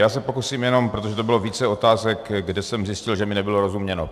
Já se pokusím jenom, protože to bylo více otázek, kde jsem zjistil, že mi nebylo rozuměno.